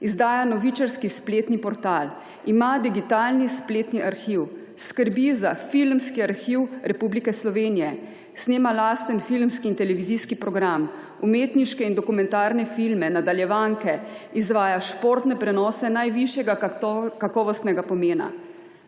izdaja novičarski spletni portal, ima digitalni spletni arhiv, skrbi za filmski arhiv Republike Slovenije, snema lasten filmski in televizijski program, umetniške in dokumentarne filme, nadaljevanke, izvaja športne prenose najvišjega kakovostnega pomena.